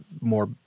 more